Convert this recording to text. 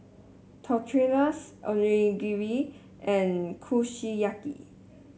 Tortillas Onigiri and Kushiyaki